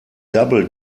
double